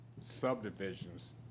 subdivisions